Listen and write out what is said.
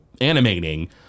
animating